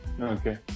Okay